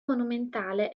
monumentale